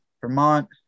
Vermont